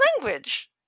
language